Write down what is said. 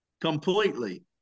completely